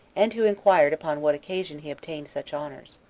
and who inquired upon what occasion he obtained such honors.